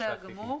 המכרזים).